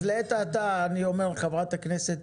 אז לעת עתה, אני אומר לחברת הכנסת: